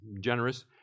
generous